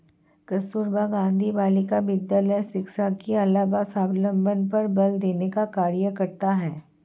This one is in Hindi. कस्तूरबा गाँधी बालिका विद्यालय शिक्षा के अलावा स्वावलम्बन पर बल देने का कार्य करता है